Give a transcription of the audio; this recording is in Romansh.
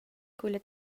culla